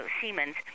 Siemens